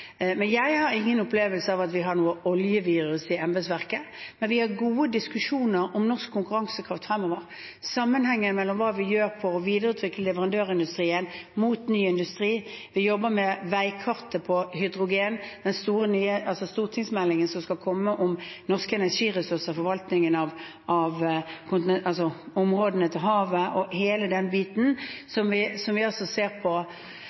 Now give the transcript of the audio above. Jeg har ingen opplevelse av at vi har noe «oljevirus» i embetsverket, men vi har gode diskusjoner om norsk konkurransekraft fremover – sammenhenger mellom hva vi gjør for å videreutvikle leverandørindustrien mot ny industri. Vi jobber med veikartet for hydrogen, den store, nye stortingsmeldingen som skal komme om norske energiressurser, forvaltningen av havområdene og hele den biten – som vi altså ser på.